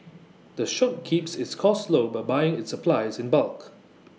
the shop keeps its costs low by buying its supplies in bulk